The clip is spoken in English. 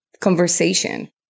conversation